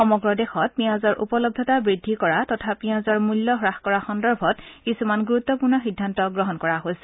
সমগ্ৰ দেশত পিয়াজৰ উপলব্ধতা বৃদ্ধি কৰা তথা পিয়াজৰ মূল্য হ্ৰাস কৰা সন্দৰ্ভত কিছুমান গুৰুত্পূৰ্ণ সিদ্ধান্ত গ্ৰহণ কৰা হৈছে